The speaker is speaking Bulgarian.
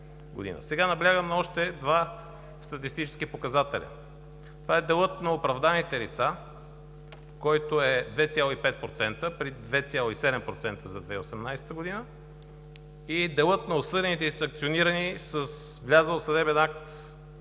Сега наблягам на още два статистически показателя. Това е делът на оправданите лица, който е 2,5% при 2,7% за 2018 г., и делът на осъдените и санкционирани с влязъл съдебен акт